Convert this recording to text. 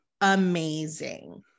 amazing